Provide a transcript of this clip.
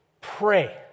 Pray